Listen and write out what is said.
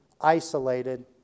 isolated